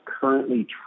currently